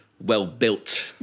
well-built